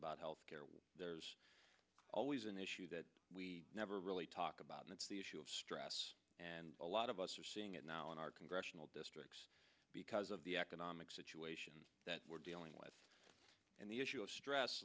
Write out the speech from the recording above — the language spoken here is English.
about health care there's always an issue that we we never really talk about it it's the issue of stress and a lot of us are seeing it now in our congressional districts because of the economic situation that we're dealing with and the issue of stress